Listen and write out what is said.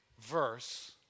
verse